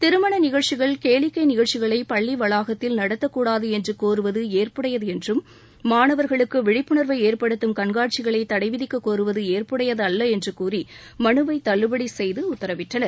திருமண நிகழ்ச்சிகள் கேளிக்கை நிகழ்ச்சிகளை பள்ளி வளாகத்தில் நடத்தக்கூடாது என்று கோருவது ஏற்புடையது என்றும் மானவர்களுக்கு விழிப்புணர்வை ஏற்படுத்தும் கண்காட்சிகளை தடைவிதிக்கக் கோருவது ஏற்புடையதல்ல என்று கூறி மனுவை தள்ளுபடி செய்து உத்தரவிட்டனர்